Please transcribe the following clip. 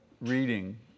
reading